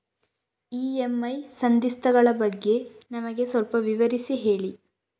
EMI ಸಂಧಿಸ್ತ ಗಳ ಬಗ್ಗೆ ನಮಗೆ ಸ್ವಲ್ಪ ವಿಸ್ತರಿಸಿ ಹೇಳಿ